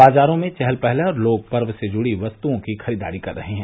बाजारो में चहल पहल है और लोग पर्व से जुड़ी वस्तुओं की खरीददारी कर रहे हैं